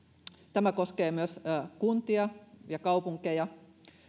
tämä koskee myös kuntia ja kaupunkeja